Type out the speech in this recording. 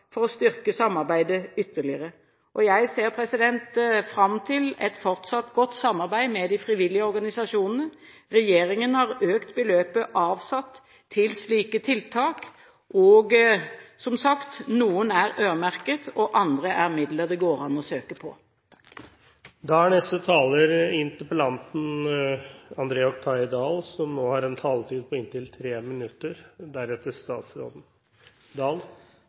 for å styrke samarbeidet ytterligere. Jeg ser fram til et fortsatt godt samarbeid med de frivillige organisasjonene. Regjeringen har økt avsatt beløp til slike tiltak, og – som sagt – noen midler er øremerket, andre går det an å søke på.